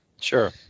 Sure